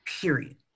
period